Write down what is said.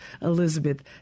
Elizabeth